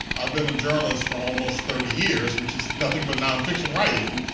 i've been a journalist for almost thirty years which is nothing but nonfiction writing.